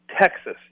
Texas